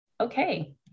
Okay